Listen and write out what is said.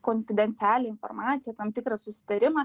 konfidencialią informaciją tam tikrą susitarimą